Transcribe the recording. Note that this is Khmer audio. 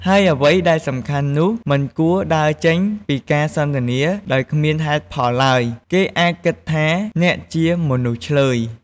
ហើយអ្វីដែលសំខាន់នោះ មិនគួរដើរចេញពីការសន្ទនា ដោយគ្មានហេតុផលឡើយ គេអាចគិតថាអ្នកជាមនុស្សឈ្លើយ។